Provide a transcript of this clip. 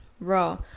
bro